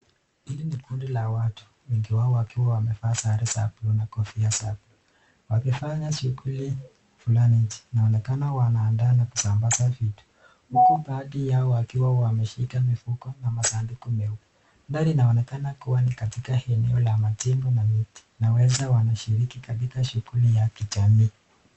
Hili ni kundi la watu wengi wao wakiwa wamevaa sare za buluu na kofia safi. Wakifanya shuguli fulani nje, wanaonekana wanaandaa na kusambasa vitu huky baadhi yao wakiwa wameshika mifuko na masanduku meupe. Mandhari yanaonekana kua ni katika eneo la majengo miti laweza wanashiriki katika shuguli ya kijamii.